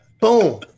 boom